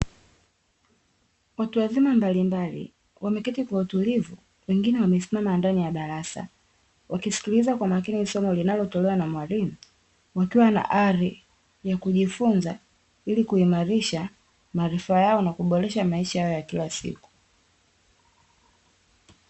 Watu wazima mbalimbali wameketi kwa utulivu, wengine wamesimama ndani ya darasa. Wakisikiliza kwa makini somo linalotolewa na mwalimu wakiwa na ari ya kujifunza ili kuimarisha maarifa yao na kuboresha maisha yao ya kila siku.